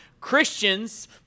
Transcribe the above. Christians